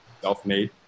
self-made